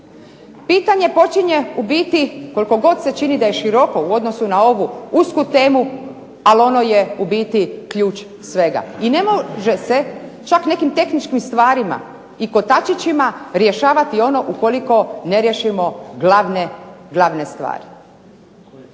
Pitanje počinje u biti koliko god se čini da je široko u odnosu na ovu usku temu ali ono je u biti ključ svega. I ne može se čak nekim tehničkim stvarima i kotačićima rješavati ono ukoliko ne riješimo glavne stvari.